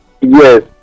Yes